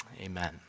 Amen